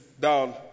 down